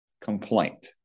complaint